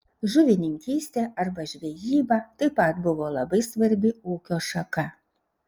žuvininkystė arba žvejyba taip pat buvo labai svarbi ūkio šaka